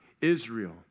Israel